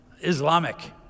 Islamic